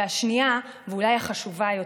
והשנייה, ואולי החשובה יותר,